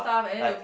like